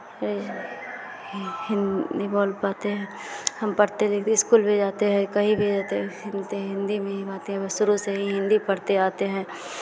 हिन्दी बोल पाते हैं हम पढ़ते भी इस्कूल भी जाते हैं कहीं भी रहते हैं हिन्दी हिन्दी में ही बातें शुरू से ही हिन्दी पढ़ते आते हैं